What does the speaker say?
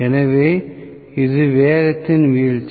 எனவே இது வேகத்தின் வீழ்ச்சி